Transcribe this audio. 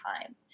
time